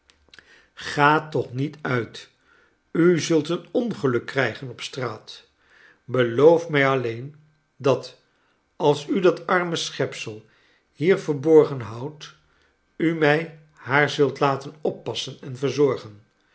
ga toch niet uit u zult een ongeluk krijgen op straat beloof mij alleen dat als u dat arme schepsel hier verborgen houdt u mij haar zult laten oppassen en verzorgeii